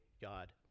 God